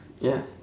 ya